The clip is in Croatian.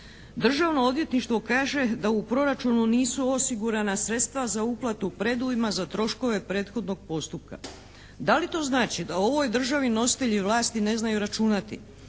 Državno odvjetništvo kaže da u proračunu nisu osigurana sredstva za uplatu predujma za troškove prethodnog postupka. Da li to znači da u ovoj državi nositelji vlasti ne znaju računati?